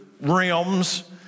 realms